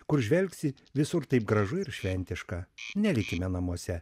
kur žvelgsi visur taip gražu ir šventiška nelikime namuose